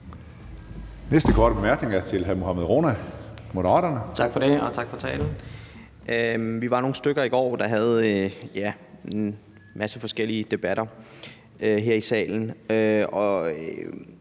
Næste korte bemærkning er til hr. Mohammad Rona, Moderaterne. Kl. 12:11 Mohammad Rona (M): Tak for det, og tak for talen. Vi var nogle stykker i går, der havde en masse forskellige debatter her i salen,